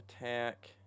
attack